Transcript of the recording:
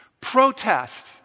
protest